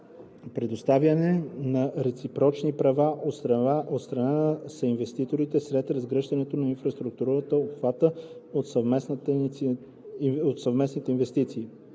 предоставяне на реципрочни права от страна на съинвеститорите след разгръщането на инфраструктурата, обхваната от съвместната инвестиция;